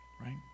right